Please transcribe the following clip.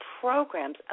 programs